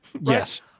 Yes